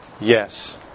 Yes